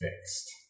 fixed